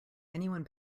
anyone